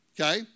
Okay